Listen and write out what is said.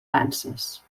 panses